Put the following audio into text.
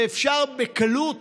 ואפשר בקלות